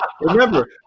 Remember